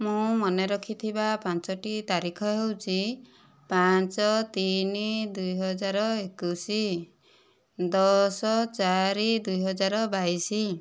ମୁଁ ମନେ ରଖିଥିବା ପାଞ୍ଚଟି ତାରିଖ ହେଉଛି ପାଞ୍ଚ ତିନି ଦୁଇ ହଜାର ଏକୋଇଶ ଦଶ ଚାରି ଦୁଇ ହଜାର ବାଇଶ